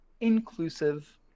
inclusive